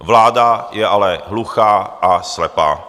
Vláda je ale hluchá a slepá.